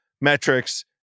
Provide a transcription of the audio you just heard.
metrics